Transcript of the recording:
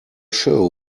show